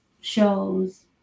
shows